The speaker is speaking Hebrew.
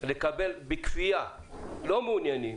לקבל בכפייה לא מעוניינים